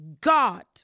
God